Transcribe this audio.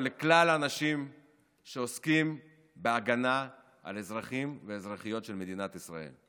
ולכלל האנשים שעוסקים בהגנה על האזרחים והאזרחיות של מדינת ישראל.